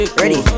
ready